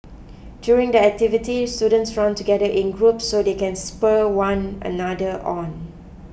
during the activity students run together in groups so they can spur one another on